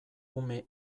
ume